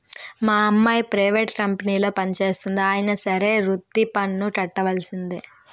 మా అమ్మాయి ప్రైవేట్ కంపెనీలో పనిచేస్తంది అయినా సరే వృత్తి పన్ను కట్టవలిసిందే